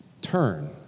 Turn